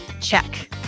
Check